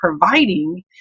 providing